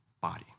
body